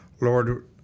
Lord